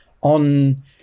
on